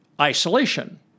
isolation